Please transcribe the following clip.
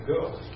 go